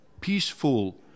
peaceful